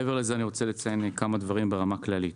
מעבר לזה, אני רוצה לציין כמה דברים ברמה כללית.